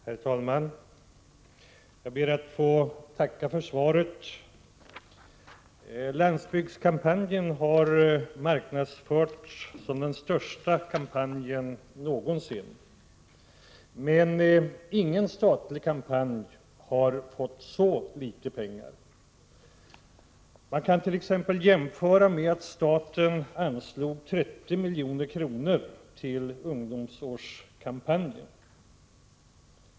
Herr talman! Jag ber att få tacka för svaret. Landsbygdskampanjen har marknadsförts som den största kampanjen någonsin, men ingen statlig kampanj har fått så litet pengar. Man kan t.ex. jämföra med att staten anslog 30 milj.kr. till ungdomsårskampanjen.